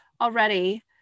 already